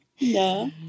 No